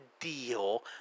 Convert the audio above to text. deal